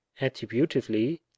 attributively